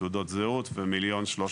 תעודות זהות ומיליון ו-300 אלף דרכונים.